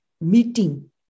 meeting